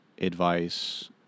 advice